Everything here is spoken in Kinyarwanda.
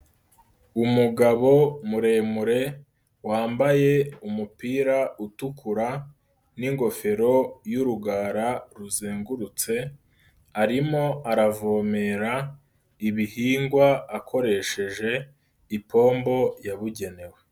Umugabo muremure wambaye umupira utukura n'ingofero y'urugara ruzengurutse arimo aravomerera ibihingwa akoresheje ipombo yabugenewe.